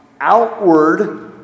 outward